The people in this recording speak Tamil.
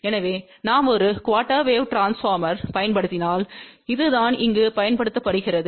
எனவே நாம் ஒரு குஆர்டெர் வேவ் ட்ரான்ஸ்போர்மர்யைப் பயன்படுத்தினால் இதுதான் இங்கு பயன்படுத்தப்படுகிறது